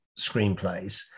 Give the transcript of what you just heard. screenplays